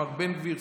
איתמר בן גביר,